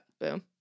Boom